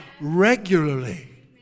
regularly